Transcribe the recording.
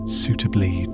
suitably